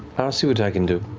i'll see what i can do.